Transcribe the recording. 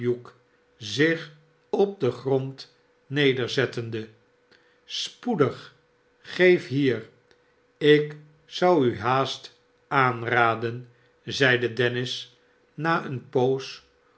zich op den grond nederzettende spoedig geef hier ik zou u haast aanraden zeide dennis na eene poos